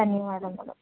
ధన్యవాదములు